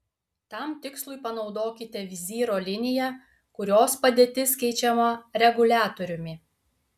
tam tikslui panaudokite vizyro liniją kurios padėtis keičiama reguliatoriumi